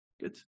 good